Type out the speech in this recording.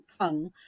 Kung